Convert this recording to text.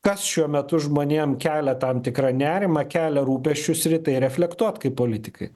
kas šiuo metu žmonėm kelia tam tikrą nerimą kelia rūpesčius ir į tai reflektuot kaip politikai